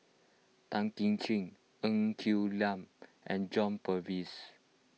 Tan Kim Ching Ng Quee Lam and John Purvis